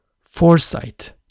foresight